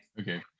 Okay